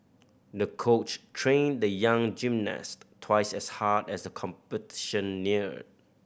the coach trained the young gymnast twice as hard as the competition neared